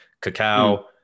cacao